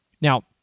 Now